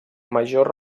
major